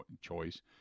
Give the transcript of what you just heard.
choice